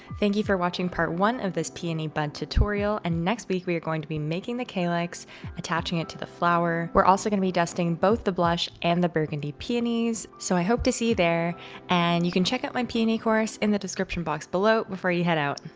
thank you for watching part one of this peony bud tutorial. and next week we are going to be making the calyx attaching it to the flower. we're also going to be dusting, both the blush and the burgundy peonies. so i hope to see you there and you can check out my, peony course in the description box below before you head out.